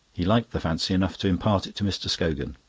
he liked the fancy enough to impart it to mr. scogan.